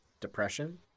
depression